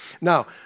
Now